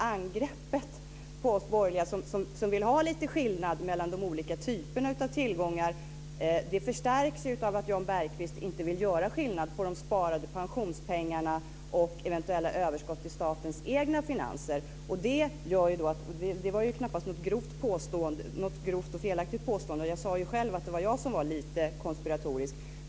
Angreppet på oss borgerliga som vill ha lite skillnad på de olika typerna av tillgångar förstärks av att Jan Bergqvist inte vill göra skillnad på de sparade pensionspengarna och eventuella överskott i statens egna finanser. Det var knappast något grovt och felaktigt påstående. Jag sade ju själv att det var jag som var lite konspiratorisk.